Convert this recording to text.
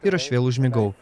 ir aš vėl užmigau